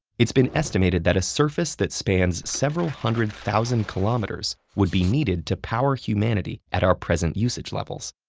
it's been estimated that a surface that spans several hundred thousand kilometers would be needed to power humanity at our present usage levels.